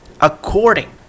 according